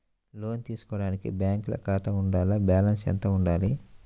లోను తీసుకోవడానికి బ్యాంకులో ఖాతా ఉండాల? బాలన్స్ ఎంత వుండాలి?